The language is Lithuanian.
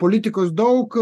politikos daug